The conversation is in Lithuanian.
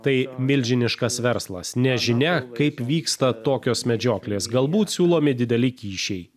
tai milžiniškas verslas nežinia kaip vyksta tokios medžioklės galbūt siūlomi dideli kyšiai